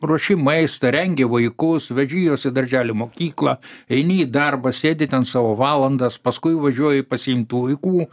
ruoši maistą rengi vaikus veži juos į darželį mokyklą eini į darbą sėdi ten savo valandas paskui važiuoji pasiimt tų vaikų